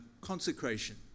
consecration